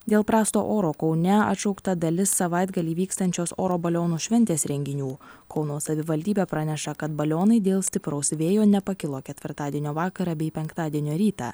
dėl prasto oro kaune atšaukta dalis savaitgalį vykstančios oro balionų šventės renginių kauno savivaldybė praneša kad balionai dėl stipraus vėjo nepakilo ketvirtadienio vakarą bei penktadienio rytą